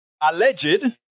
Alleged